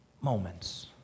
moments